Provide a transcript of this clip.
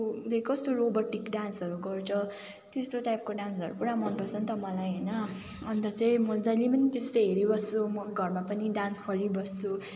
उसले कस्तो रोबोटिक डान्सहरू गर्छ त्यस्तो टाइपको डान्सहरू पुरा मनपर्छ नि त मलाई होइन अन्त चाहिँ म जहिले पनि त्यस्तो हेरिबस्छु म घरमा पनि डान्स गरिबस्छु